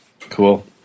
Cool